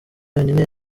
yonyine